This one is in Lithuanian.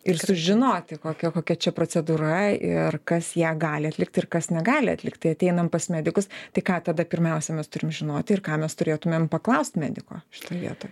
ir sužinoti kokia kokia čia procedūra ir kas ją gali atlikti ir kas negali atlikti ateinam pas medikus tai ką tada pirmiausia mes turim žinoti ir ką mes turėtumėm paklausti mediko šitoj vietoj